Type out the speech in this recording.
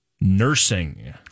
Nursing